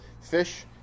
fish